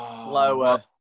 Lower